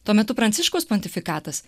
tuo metu pranciškaus pontifikatas